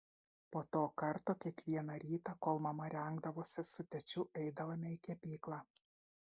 po to karto kiekvieną rytą kol mama rengdavosi su tėčiu eidavome į kepyklą